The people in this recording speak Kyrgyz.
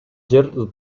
жер